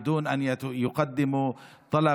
בלי להגיש בקשה,